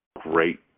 great